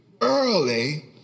early